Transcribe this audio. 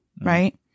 right